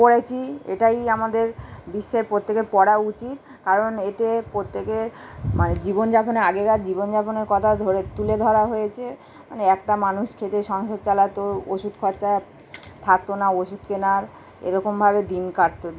পড়েছি এটাই আমাদের বিশ্বের প্রত্যেকের পড়া উচিত কারণ এতে প্রত্যেকের মানে জীবনযাপনের আগেকার জীবনযাপনের কথা ধরে তুলে ধরা হয়েছে মানে একটা মানুষ খেটে সংসার চালাতো ওষুধ খরচা থাকতো না ওষুধ কেনার এরকমভাবে দিন কাটতো